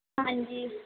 ਹਾਂਜੀ